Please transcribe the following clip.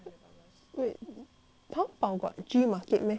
Taobao got G market meh